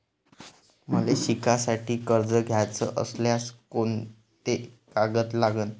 मले शिकासाठी कर्ज घ्याचं असल्यास कोंते कागद लागन?